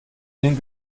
den